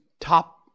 top